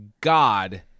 God